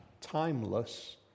timeless